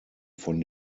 von